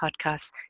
Podcasts